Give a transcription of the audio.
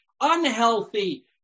unhealthy